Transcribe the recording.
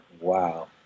Wow